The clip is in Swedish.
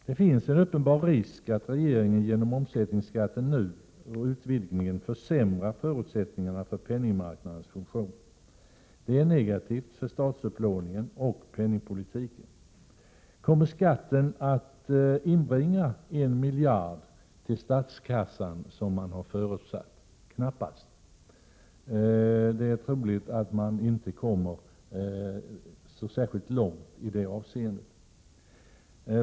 Det finns en uppenbar risk att regeringen genom utvidgningen av omsättningsskatten försämrar förutsättningarna för penningmarknadens funktion. Det är negativt för statsupplåningen och penningpolitiken. Kommer skatten att inbringa 1 miljard till statskassan, som man har förutsatt? Knappast. Det är troligt att man inte kommer särskilt långt i detta avseende.